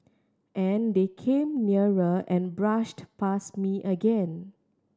and then they came nearer and brushed past me again